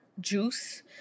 juice